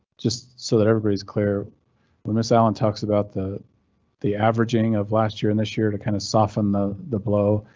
just so that everybody is clear when ms allan talks about the the averaging of last year and this year to kind of soften the the blow.